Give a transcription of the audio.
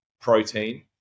protein